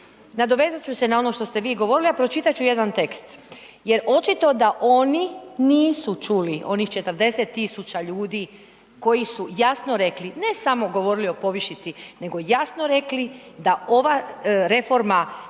Nadovezat ću se na ono što ste vi govorili, a pročitat ću jedan tekst. Jer očito da oni nisu čuli onih 40.000 ljudi koji su jasno rekli, ne samo govorili o povišici, nego jasno rekli da ova reforma